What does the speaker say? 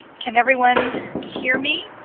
can everyone hear me?